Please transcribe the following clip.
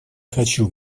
хочу